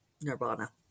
nirvana